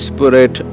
Spirit